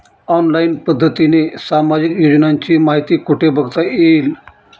Online पद्धतीने सामाजिक योजनांची माहिती कुठे बघता येईल?